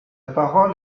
parole